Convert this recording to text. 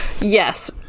Yes